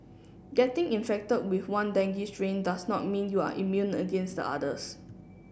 getting infected with one dengue strain does not mean you are immune against the others